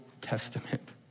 Testament